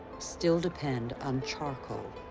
still depend on charcoal.